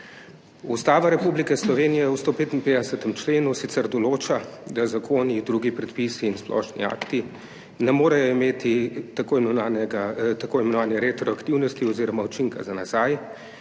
Ustava Republike Slovenije v 155. členu sicer določa, da zakoni, drugi predpisi in splošni akti ne morejo imeti tako imenovane retroaktivnosti oziroma učinka za nazaj